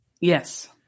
Yes